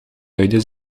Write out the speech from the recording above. luide